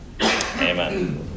Amen